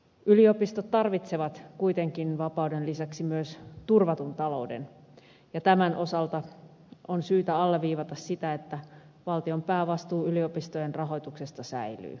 yliopistot tarvitsevat kuitenkin vapauden lisäksi myös turvatun talouden ja tämän osalta on syytä alleviivata sitä että valtion päävastuu yliopistojen rahoituksesta säilyy